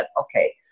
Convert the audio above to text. okay